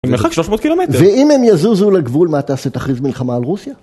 הם במרחק 300 קילומטר. ואם הם יזוזו לגבול, מה אתה עושה? תכריז מלחמה על רוסיה?